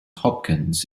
hopkins